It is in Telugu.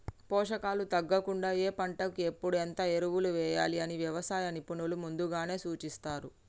పోషకాలు తగ్గకుండా ఏ పంటకు ఎప్పుడు ఎంత ఎరువులు వేయాలి అని వ్యవసాయ నిపుణులు ముందుగానే సూచిస్తారు